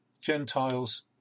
Gentiles